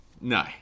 No